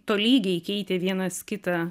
tolygiai keitė vienas kitą